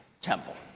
temple